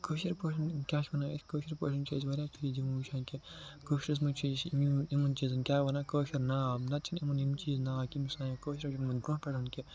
کٲشِر پٲٹھۍ کیٛاہ چھِ وَنان أسۍ کٲشِر پٲٹھۍ چھِ أسۍ واریاہ پھرِ وٕچھان کہ کٲشِرِس منٛز چھِ یہِ یِمَن چیٖزَن کیٛاہ وَنان کٲشُر ناو نَتہٕ چھِنہٕ یِمَن یِم چیٖز ناو کیٚنہہ یِم سانیٚو کٲشِریٚو برونٛہہ پٮ۪ٹھ کہ